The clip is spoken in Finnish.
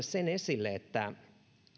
sen että